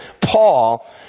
Paul